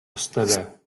ёстой